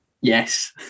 Yes